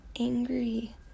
angry